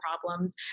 problems